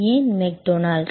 ஏன் மெக்டொனால்டு